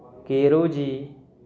केरोजी